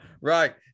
Right